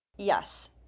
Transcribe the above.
yes